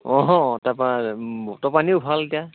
অঁ তাৰপৰা বতৰ পানীও ভাল এতিয়া